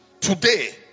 Today